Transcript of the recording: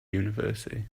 university